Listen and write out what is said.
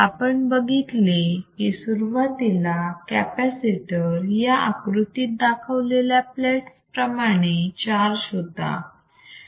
आपण बघितले की सुरुवातीला कॅपॅसिटर या आकृतीत दाखवलेल्या प्लेट्स प्रमाणे चार्ज होता